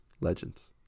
Legends